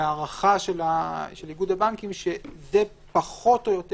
וההערכה של איגוד הבנקים שזה פחות או יותר